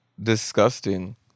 disgusting